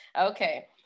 okay